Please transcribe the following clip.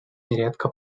нередко